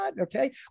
Okay